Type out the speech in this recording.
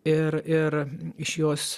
ir ir iš jos